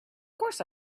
course